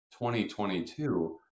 2022